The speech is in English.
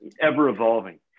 ever-evolving